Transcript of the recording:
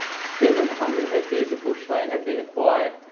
seven hundred hectares of bushland have been acquired.